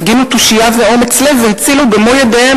הפגינו תושייה ואומץ לב והצילו במו-ידיהם